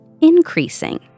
increasing